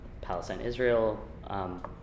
Palestine-Israel